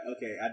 Okay